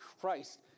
Christ